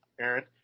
Aaron